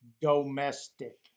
domestic